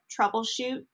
troubleshoot